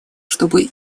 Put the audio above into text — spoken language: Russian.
чтобы